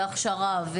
הכשרה,